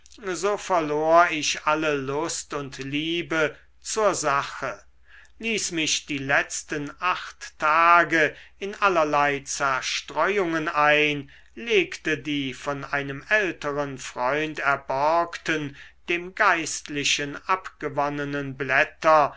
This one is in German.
so verlor ich alle lust und liebe zur sache ließ mich die letzten acht tage in allerlei zerstreuungen ein legte die von einem älteren freund erborgten dem geistlichen abgewonnenen blätter